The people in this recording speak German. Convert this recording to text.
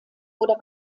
oder